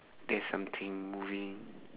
there's something moving